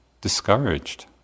discouraged